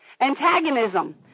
antagonism